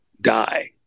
die